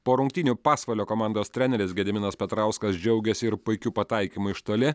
po rungtynių pasvalio komandos treneris gediminas petrauskas džiaugėsi ir puikiu pataikymu iš toli